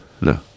No